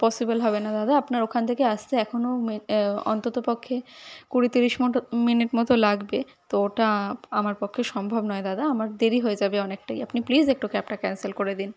possible হবে না দাদা আপনার ওখান থেকে আসতে এখনো মে অন্তত পক্ষে কুড়ি তিরিশ মতো মিনিট মতো লাগবে তো ওটা আমার পক্ষে সম্ভব নয় দাদা আমার দেরি হয়ে যাবে অনেকটাই আপনি প্লিস একটু ক্যাবটা ক্যান্সেল করে দিন